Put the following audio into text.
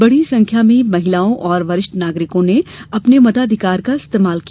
बड़ी संख्या में महिलाओं और वरिष्ठ नागरिकों में अपने मताधिकार का इस्तेमाल किया